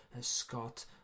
Scott